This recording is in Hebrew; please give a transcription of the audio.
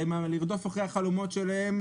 לרדוף אחרי החלומות שלהם,